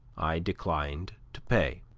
i declined to pay.